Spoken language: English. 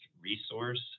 resource